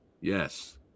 Yes